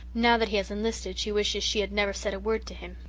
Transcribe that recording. now that he has enlisted she wishes she had never said a word to him.